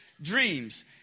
dreams